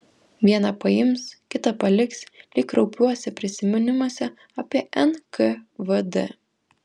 vieną paims kitą paliks lyg kraupiuose prisiminimuose apie nkvd